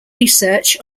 research